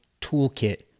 toolkit